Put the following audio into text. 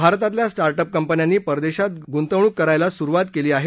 भारतातल्या startup कंपन्यांनी परदेशात गुंतवणूक करण्यास सुरवात केली आहे